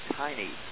tiny